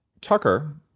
Tucker